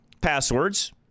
passwords